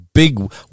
Big